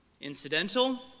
incidental